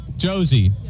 Josie